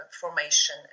formation